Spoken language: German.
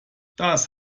das